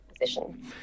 position